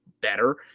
better